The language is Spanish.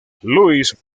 louis